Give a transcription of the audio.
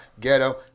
ghetto